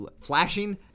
flashing